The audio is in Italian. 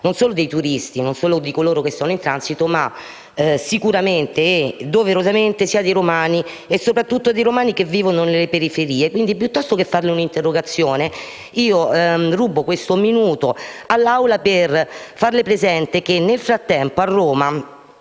non solo dei turisti, non solo di coloro che sono in transito, ma anche e doverosamente dei romani, soprattutto dei romani che vivono nelle periferie. Quindi, piuttosto che farle un'interrogazione, rubo questo minuto all'Assemblea per farle presente che nel frattempo a Roma